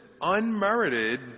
unmerited